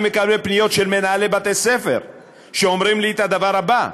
אני מקבל פניות של מנהלי בתי-ספר שאומרים לי את הדבר הבא: